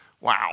Wow